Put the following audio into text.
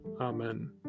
Amen